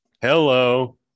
hello